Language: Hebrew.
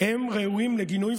הם ראויים לגינוי,